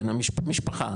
במשפחה,